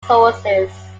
sources